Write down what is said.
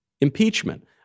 impeachment